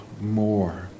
more